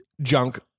junk